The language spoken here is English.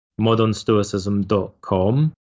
modernstoicism.com